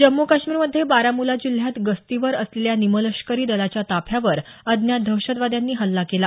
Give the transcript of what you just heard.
जम्मू काश्मीरमध्ये बारामुला जिल्ह्यात गस्तीवर असलेल्या निमलष्करी दलाच्या ताफ्यावर अज्ञात दहशतवाद्यांनी हल्ला केला